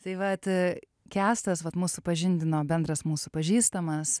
tai vat kęstas vat mus supažindino bendras mūsų pažįstamas